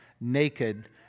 naked